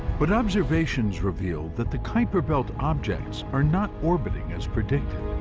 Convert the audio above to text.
but observations reveal that the kuiper belt objects are not orbiting as predicted.